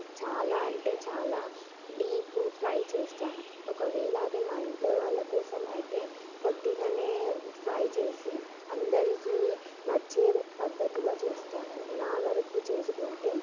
చాలా అంటే చాలా డీప్ ఫ్రై చేస్తాను ఒకవేళ అది మా ఇంట్లో వాళ్ళ కోసం అయితే కొద్దిగానే ఫ్రై చేసి అందరికీ నచ్చే పద్ధతిలో చేస్తాను నా వరకు చేసుకుంటే